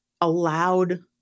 allowed